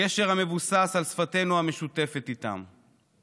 קשר המבוסס על שפתנו המשותפת איתם.